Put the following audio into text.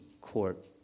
court